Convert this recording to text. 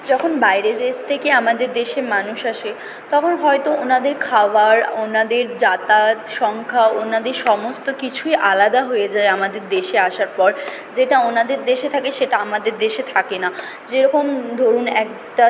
যখন বাইরের দেশ থেকে আমাদের দেশে মানুষ আসে তখন হয়তো ওনাদের খাওয়ার ওনাদের যাতায়াত সংখ্যা ওনাদের সমস্ত কিছুই আলাদা হয়ে যায় আমাদের দেশে আসার পর যেটা ওনাদের দেশে থাকে সেটা আমাদের দেশে থাকে না যেরকম ধরুন একটা